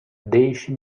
deixa